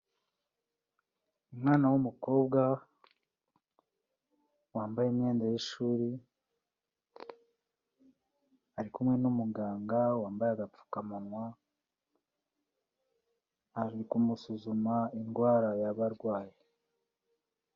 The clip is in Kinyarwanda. Umwana w'umukobwa wambaye imyenda y'ishuri ari kumwe n'umuganga wambaye agapfukamunwa, ari kumusuzuma indwara yaba arwaye.